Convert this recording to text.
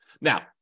Now